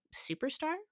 superstar